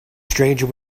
stranger